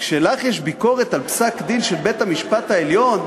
כשלך יש ביקורת על פסק-דין של בית-המשפט העליון,